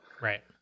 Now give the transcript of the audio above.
right